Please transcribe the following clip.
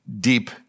deep